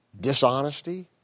dishonesty